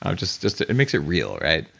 um just just it makes it real, right?